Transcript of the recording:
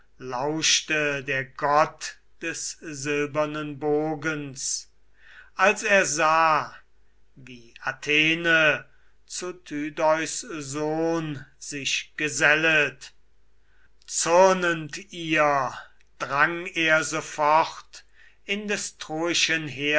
lauschte der gott des silbernen bogens als er sah wie athene zu tydeus sohn sich gesellet zürnend ihr drang er sofort in des troischen heeres